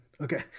Okay